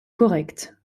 correcte